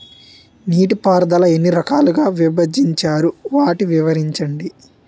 నీటిపారుదల ఎన్ని రకాలుగా విభజించారు? వాటి వివరించండి?